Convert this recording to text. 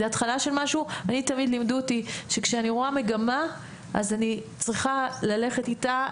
אני תמיד למדו אותי שכשאני רואה מגמה אז אני צריכה ללכת איתה,